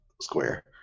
square